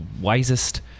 wisest